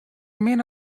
min